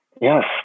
yes